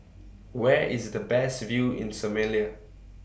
Where IS The Best View in Somalia